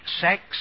sex